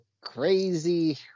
crazy